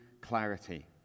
clarity